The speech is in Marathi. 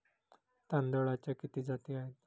तांदळाच्या किती जाती आहेत?